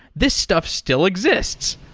this stuff still exists.